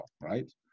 right